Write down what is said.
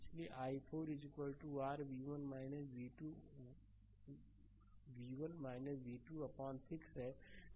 इसलिए i4 r v1 v2 v1 v2 अपान 6 है